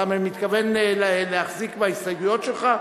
אתה מתכוון להחזיק בהסתייגויות שלך?